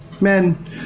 men